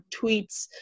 tweets